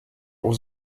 was